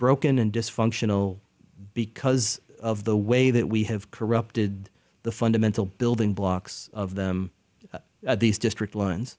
broken and dysfunctional because of the way that we have corrupted the fundamental building blocks of them these district lines